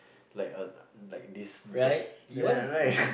like uh like this the uh right